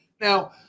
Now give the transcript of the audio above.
Now